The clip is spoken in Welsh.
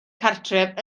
cartref